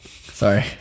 Sorry